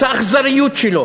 את האכזריות שלו,